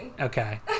Okay